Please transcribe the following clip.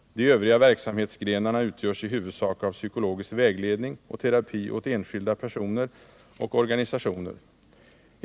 De övriga verksamhetsgrenarna utgörs i huvudsak av psykologisk vägledning och terapi åt enskilda personer och organisationer.